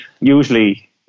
usually